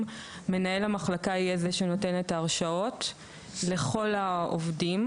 מנהל המחלקה יהיה זה שנותן את ההרשאות לכל העובדים.